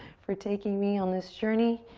for taking me on this journey.